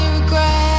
regret